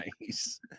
nice